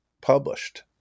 published